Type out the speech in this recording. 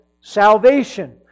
salvation